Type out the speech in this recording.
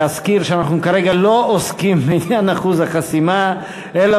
להזכיר שאנחנו כרגע לא עוסקים בעניין אחוז החסימה אלא